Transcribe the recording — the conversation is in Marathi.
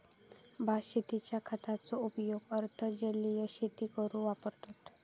भात शेतींच्या खताचो उपयोग अर्ध जलीय शेती करूक वापरतत